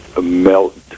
melt